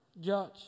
judge